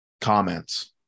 Comments